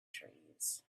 trees